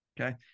okay